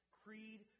creed